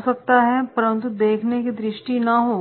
हो सकता हूं परंतु देखने की दृष्टि ना हो